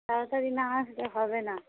তাড়াতাড়ি না আসলে হবে না